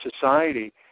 society